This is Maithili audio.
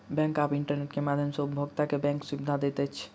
बैंक आब इंटरनेट के माध्यम सॅ उपभोगता के बैंक सुविधा दैत अछि